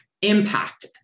impact